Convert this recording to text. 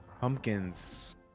Pumpkins